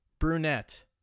brunette